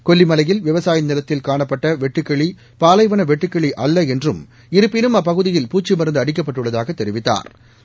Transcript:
கொல்லிமலையில் விவசாய நிலத்தில் காணப்பட்ட வெட்டுக்கிளி பாலைவன வெட்டுக்கிளி அல்ல என்றும் இருப்பினும் அப்பகுதியில் பூச்சி மருந்து அடிக்கப்பட்டுள்ளதாக தெரிவித்தாா்